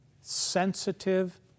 sensitive